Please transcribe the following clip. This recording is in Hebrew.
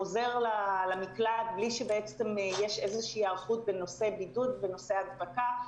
חוזר למקלט בלי שבעצם יש איזושהי היערכות בנושא בידוד ובנושא הדבקה,